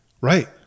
Right